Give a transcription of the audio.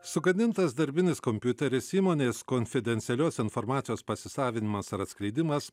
sugadintas darbinis kompiuteris įmonės konfidencialios informacijos pasisavinimas ar atskleidimas